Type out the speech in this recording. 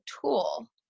tool